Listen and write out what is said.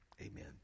Amen